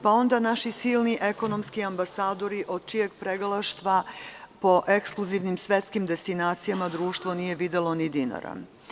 Pa onda, naši silni ekonomski ambasadori, od čijeg pregalaštva po ekskluzivnim svetskim destinacijama društvo nije videlo ni dinara.